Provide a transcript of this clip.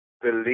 believe